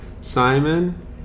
Simon